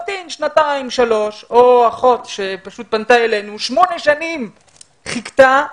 אחות שפנתה אלינו, שמונה שנים חיכתה.